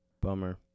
Bummer